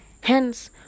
Hence